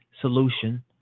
solution